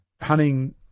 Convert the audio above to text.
hunting